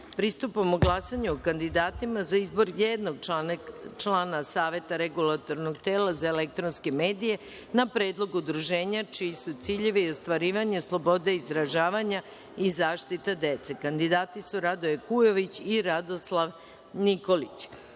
PREDLAGAČI.Pristupamo glasanju o kandidatima za izbor jednog člana Saveta regulatornog tela za elektronske medije na predlog udruženja čiji su ciljevi ostvarivanje slobode izražavanja i zaštita dece. Kandidati su Radoje Kujović i Radoslav Nikolić. Stavljam